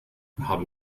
haben